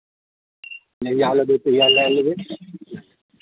जहिआ लेबै तहिआ लए लेबै